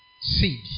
seed